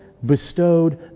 Bestowed